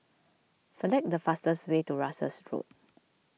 select the fastest way to Russels Road